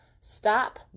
Stop